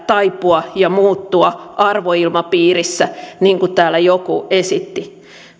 taipua ja muuttua arvoilmapiirissä niin kuin täällä joku esitti